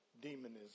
demonism